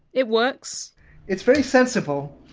it works it's very sensible.